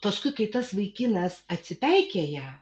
paskui kai tas vaikinas atsipeikėja